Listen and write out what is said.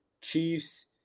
Chiefs